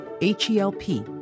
H-E-L-P